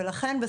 ולכן,